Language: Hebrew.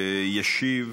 ישיב